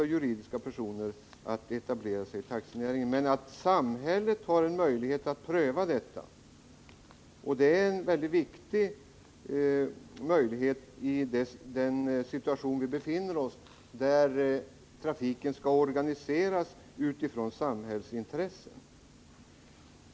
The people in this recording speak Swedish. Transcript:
Att samhället har en möjlighet att pröva om kravet på särskilda skäl uppfylls är mycket viktigt med tanke på att trafiken skall organiseras utifrån samhällsintressena.